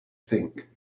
think